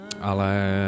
ale